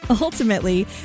Ultimately